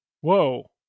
Whoa